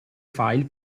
file